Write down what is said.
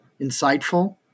insightful